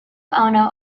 ono